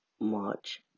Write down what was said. March